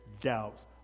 doubts